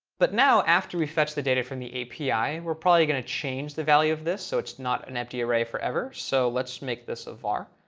but now after we fetch the data from the api, we're probably going to change the value of this so it's not an empty array forever. so let's make this a var.